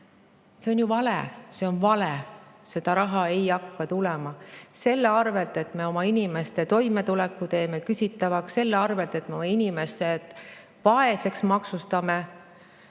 on ju vale. See on vale! Raha ei hakka tulema selle arvelt, et me teeme oma inimeste toimetuleku küsitavaks, selle arvelt, et me oma inimesed vaeseks maksustame.